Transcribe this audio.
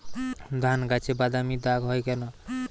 ধানগাছে বাদামী দাগ হয় কেন?